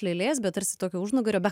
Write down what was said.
lėlės be tarsi tokio užnugario be